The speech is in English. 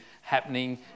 happening